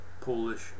Polish